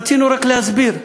רצינו רק להסביר,